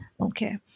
Okay